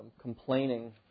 complaining